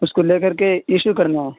اس کو لے کر کے ایشو کرنا ہے